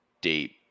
deep